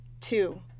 Two